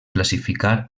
classificar